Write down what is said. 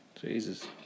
Jesus